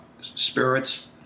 spirits